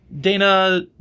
Dana